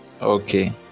okay